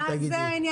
מה, זה קסם?